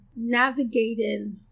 navigating